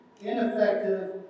ineffective